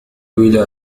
إلى